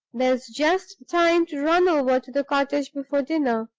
there's just time to run over to the cottage before dinner.